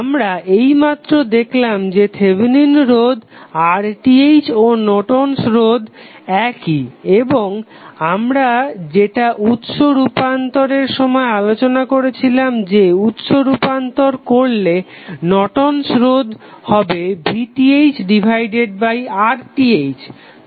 আমরা এইমাত্র দেখলাম যে থেভেনিন'স রোধ RTh ও নর্টন'স রোধ Nortons resistance একই এবং আমরা যেটা উৎস রুপান্তরের সময় আলোচনা করেছিলাম যে উৎস রূপান্তর করলে নর্টন'স রোধ Nortons resistance হবে VThRTh